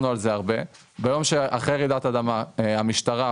ביום שאחרי רעידת אדמה המשטרה,